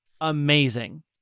amazing